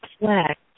reflect